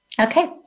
Okay